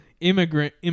immigrant